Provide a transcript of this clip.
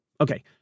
Okay